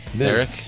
Eric